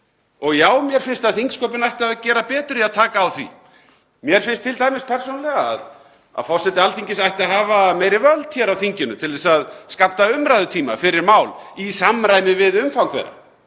Og já, mér finnst að þingsköpin ættu að gera betur í að taka á því. Mér finnst t.d. persónulega að forseti Alþingis ætti að hafa meiri völd hér á þinginu til að skammta umræðutíma fyrir mál í samræmi við umfang þeirra.